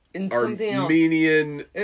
Armenian